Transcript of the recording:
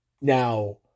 now